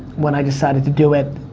when i decided to do it,